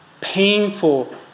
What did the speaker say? painful